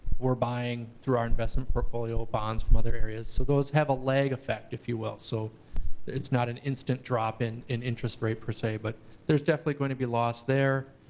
we're buying, through our investment portfolio, bonds from other areas, so those have a lag effect if you will, so it's not an instant drop in in interest rate per se, but there's definitely going to be loss there.